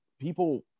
people